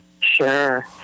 Sure